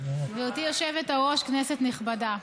גברתי היושבת-ראש, כנסת נכבדה,